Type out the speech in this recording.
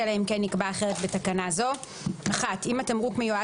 אלא אם כן נקבע אחרת בתקנה זו: (1) אם התמרוק מיועד